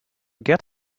get